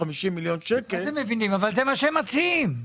זה מה שהם מציעים.